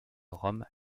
rome